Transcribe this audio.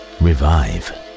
revive